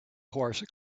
horse